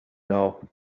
now